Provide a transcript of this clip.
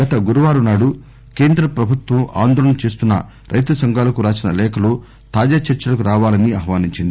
గత గురువారం నాడు కేంద్రప్రభుత్వం ఆందోళన చేస్తున్న రైతు సంఘాలకు రాసిన లేఖలో తాజా చర్చలకు రావాలని ఆహ్వానించింది